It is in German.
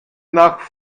nach